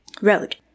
Road